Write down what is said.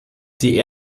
die